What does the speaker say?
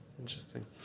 Interesting